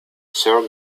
sir